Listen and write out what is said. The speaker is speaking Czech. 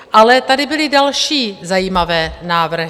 Ale tady byly další zajímavé návrhy.